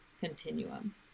continuum